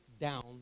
down